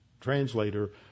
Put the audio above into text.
translator